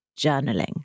journaling